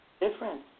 different